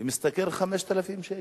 ומשתכר 5,000 שקל.